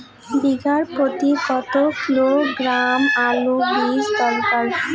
বিঘা প্রতি কত কিলোগ্রাম আলুর বীজ দরকার?